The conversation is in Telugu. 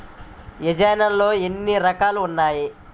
యోజనలో ఏన్ని రకాలు ఉన్నాయి?